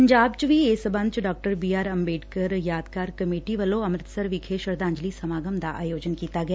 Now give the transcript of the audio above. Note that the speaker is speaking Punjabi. ਪੰਜਾਬ ਚ ਵੀ ਇਸ ਸਬੰਧ ਚ ਡਾਕਟਰ ਬੀ ਆਰ ਅੰਬੇਡਕਰ ਯਾਦਗਾਰ ਕਮੇਟੀ ਵਲੋਂ ਅੰਮਿਤਸਰ ਵਿਖੇ ਸ਼ਰਧਾਂਜਲੀ ਸਮਾਗਮ ਦਾ ਅਯੋਜਿਨ ਕੀਤਾ ਗਿਆ